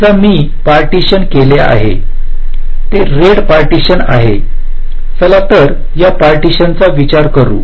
समजा मी पार्टीशन केले आहे ते रेड पार्टीशन आहे चला तर या पार्टीशनचा विचार करू